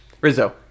Rizzo